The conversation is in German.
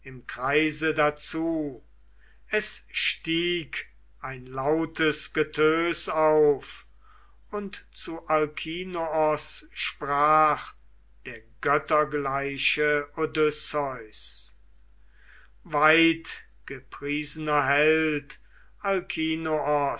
kreise dazu es stieg ein lautes getös auf und zu alkinoos sprach der göttergleiche odysseus weitgepriesener held